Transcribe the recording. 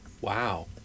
Wow